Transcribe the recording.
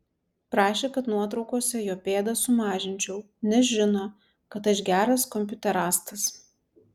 prašė kad nuotraukose jo pėdas sumažinčiau nes žino kad aš geras kompiuterastas